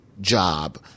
job